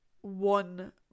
one